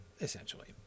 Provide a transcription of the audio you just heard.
essentially